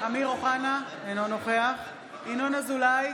אמיר אוחנה, אינו נוכח ינון אזולאי,